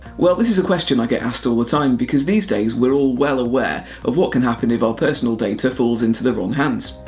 well this is a question i get asked all the time, because these days we're all well aware of what can happen if our personal data falls into the wrong hands.